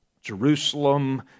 Jerusalem